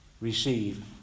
receive